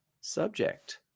Subject